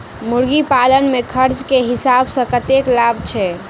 मुर्गी पालन मे खर्च केँ हिसाब सऽ कतेक लाभ छैय?